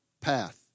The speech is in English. path